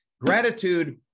Gratitude